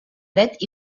dret